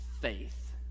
faith